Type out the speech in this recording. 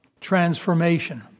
transformation